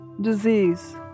disease